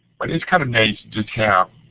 but it's kind of nice to just have